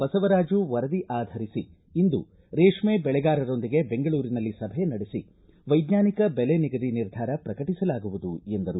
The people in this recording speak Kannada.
ಬಸವರಾಜ ವರದಿ ಆಧರಿಸಿ ಇಂದು ರೇಷ್ಮೆ ಬೆಳೆಗಾರೊಂದಿಗೆ ಬೆಂಗಳೂರಿನಲ್ಲಿ ಸಭೆ ನಡೆಸಿ ವೈಜ್ಞಾನಿಕ ಬೆಲೆ ನಿಗದಿ ನಿರ್ಧಾರ ಪ್ರಕಟಿಸಲಾಗುವುದು ಎಂದರು